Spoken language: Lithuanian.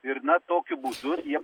ir na tokiu būdu jie